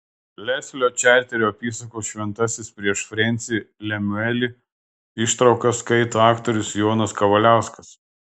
leslio čarterio apysakos šventasis prieš frensį lemiuelį ištraukas skaito aktorius jonas kavaliauskas